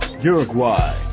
Uruguay